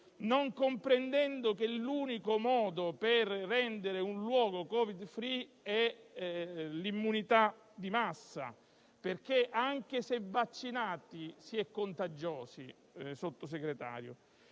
non comprendendo che l'unico modo per rendere un luogo Covid-*free* è l'immunità di massa. Infatti, anche se vaccinati si è contagiosi, signor Sottosegretario.